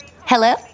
Hello